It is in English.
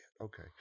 okay